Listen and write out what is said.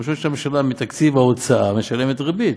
המשמעות, שהממשלה, מתקציב ההוצאה, משלמת ריבית,